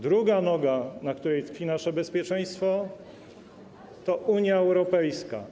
Druga noga, na której tkwi nasze bezpieczeństwo, to Unia Europejska.